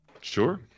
Sure